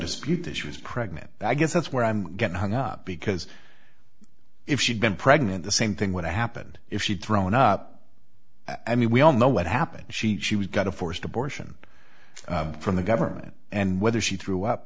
dispute that she was pregnant i guess that's where i'm getting hung up because if she'd been pregnant the same thing would have happened if she'd thrown up i mean we all know what happened she she was got a forced abortion from the government and whether she threw up